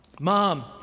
Mom